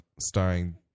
Starring